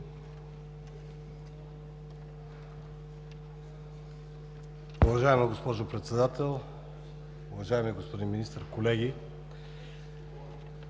Добре,